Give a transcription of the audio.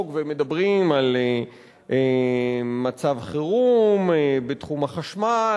והם מדברים על מצב חירום בתחום החשמל,